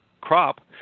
crop